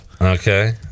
Okay